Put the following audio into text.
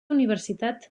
universitat